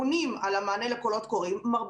מאליו.